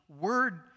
word